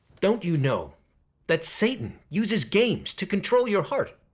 don't you know that satan uses games to control your heart?